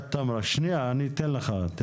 אני אעשה את זה ממש בקצרה,